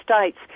States